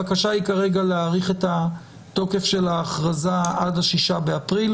הבקשה היא כרגע להאריך את התוקף של ההכרזה עד ה-6 באפריל